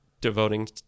devoting